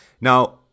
Now